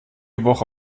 woche